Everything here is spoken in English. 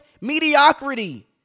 mediocrity